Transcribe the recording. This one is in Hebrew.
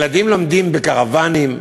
ילדים לומדים בקרוונים,